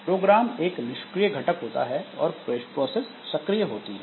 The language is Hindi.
प्रोग्राम एक निष्क्रिय घटक होता है और प्रोसेस सक्रिय होती है